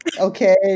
okay